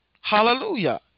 Hallelujah